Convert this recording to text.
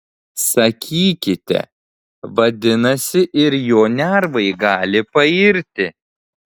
sakykite vadinasi ir jo nervai gali pairti